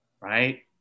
right